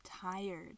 tired